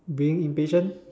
being impatient